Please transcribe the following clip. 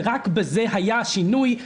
ורק בזה היה שינוי.